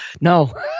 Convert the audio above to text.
No